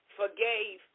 forgave